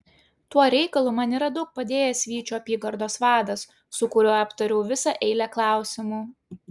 tuo reikalu man yra daug padėjęs vyčio apygardos vadas su kuriuo aptariau visą eilę klausimų